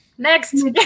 Next